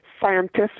scientists